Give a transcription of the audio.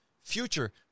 future